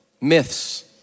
Myths